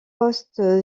post